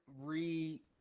re